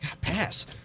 Pass